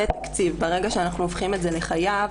ברגע שאנחנו הופכים את זה לחייב,